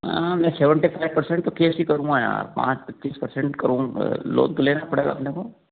हाँ मैं seventy five percent का केस ही करूँगा यार पाँच पच्चीस परसेंट करूँगा लोन तो लेना पड़ेगा अपने को